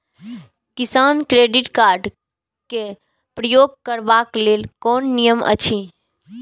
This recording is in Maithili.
किसान क्रेडिट कार्ड क प्रयोग करबाक लेल कोन नियम अछि?